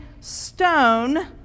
stone